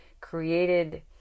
created